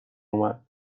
اومد